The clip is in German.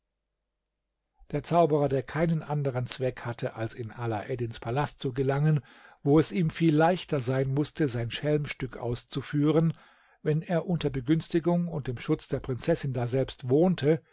der zauberer der keinen anderen zweck hatte als in alaeddins palast zu gelangen wo es ihm viel leichter sein mußte sein schelmstück auszuführen wenn er unter begünstigung und dem schutz der prinzessin daselbst wohnte